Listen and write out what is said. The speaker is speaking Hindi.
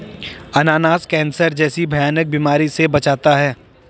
अनानास कैंसर जैसी भयानक बीमारी से बचाता है